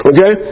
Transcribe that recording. Okay